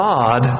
God